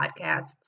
Podcasts